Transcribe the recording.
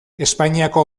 espainiako